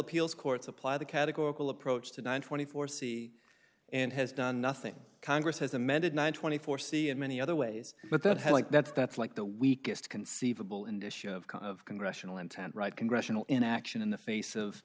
appeals courts apply the categorical approach to nine twenty four c and has done nothing congress has amended nine twenty four c and many other ways but that has like that's that's like the weakest conceivable indicia of kind of congressional intent right congressional inaction in the face of